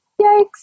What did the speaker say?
Yikes